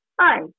Hi